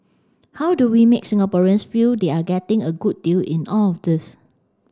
how do we make Singaporeans feel they are getting a good deal in all of this